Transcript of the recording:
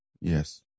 Yes